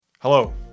Hello